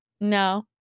No